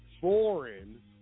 foreign